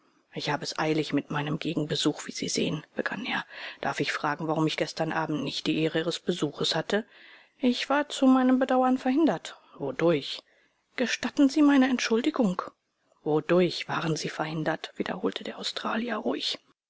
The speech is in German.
ich habe es eilig mit meinem gegenbesuch wie sie sehen begann er darf ich fragen warum ich gestern abend nicht die ehre ihres besuchs hatte ich war zu meinem bedauern verhindert wodurch gestatten sie meine entschuldigung wodurch waren sie verhindert wiederholte der australier ruhig